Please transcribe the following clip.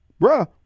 Bruh